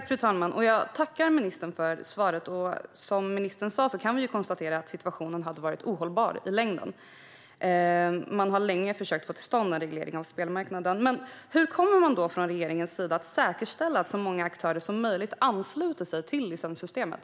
Fru talman! Jag tackar ministern för svaret. Som ministern sa kan vi konstatera att situationen hade varit ohållbar i längden. Man har länge försökt att få till stånd en reglering av spelmarknaden. Men hur kommer regeringen att säkerställa att så många aktörer som möjligt ansluter sig till licenssystemet?